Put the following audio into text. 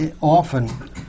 often